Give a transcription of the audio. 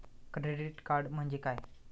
Credit card म्हणजे काय?